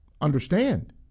understand